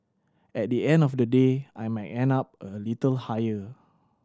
at the end of the day I might end up a little higher